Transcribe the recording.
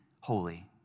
holy